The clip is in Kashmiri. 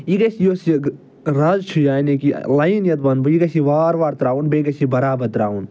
یہِ گَژھِ یُس یہِ رز چھِ یعنی کہِ لایَن یَتھ وَنہٕ بہٕ یہِ گَژھِ یہِ وار وار ترٛاوُن بیٚیہِ گَژھِ یہِ برابر ترٛاوُن